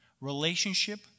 relationship